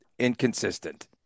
Inconsistent